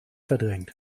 verdrängt